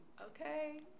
Okay